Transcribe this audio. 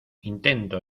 intento